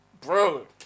Bro